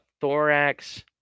Thorax